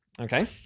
Okay